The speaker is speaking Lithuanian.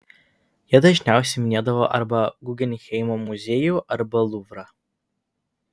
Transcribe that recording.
jie dažniausiai minėdavo arba guggenheimo muziejų arba luvrą